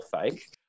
fake